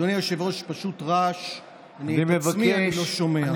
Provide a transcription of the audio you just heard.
אדוני היושב-ראש, פשוט רעש, את עצמי אני לא שומע.